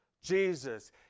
Jesus